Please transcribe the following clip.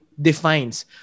Defines